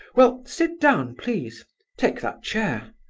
well, sit down, please take that chair.